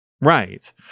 Right